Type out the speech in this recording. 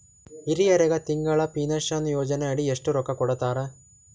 ಹಿರಿಯರಗ ತಿಂಗಳ ಪೀನಷನಯೋಜನ ಅಡಿ ಎಷ್ಟ ರೊಕ್ಕ ಕೊಡತಾರ?